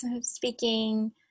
speaking